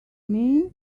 mean